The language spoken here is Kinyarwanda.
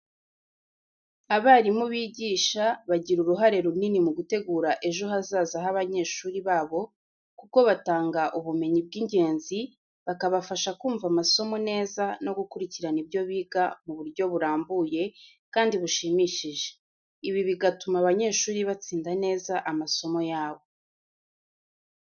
Abarimu bigisha bagira uruhare runini mu gutegura ejo hazaza h'abanyeshuri babo kuko batanga ubumenyi bw'ingenzi, bakabafasha kumva amasomo neza no gukurikirana ibyo biga mu buryo burambuye kandi bushimishije. Ibi bigatuma abanyeshuri batsinda neza amasomo yabo.